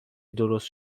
درست